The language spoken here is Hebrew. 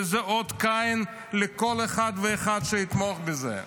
וזה אות קין לכל אחד ואחד שיתמוך בזה.